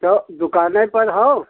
तो दुकान पर हो